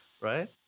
right